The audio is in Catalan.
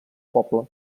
poble